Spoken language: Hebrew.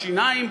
השיניים,